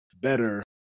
better